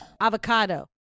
avocado